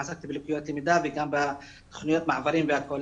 בלקויות למידה וגם בתכניות מעברים והכל.